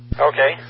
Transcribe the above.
Okay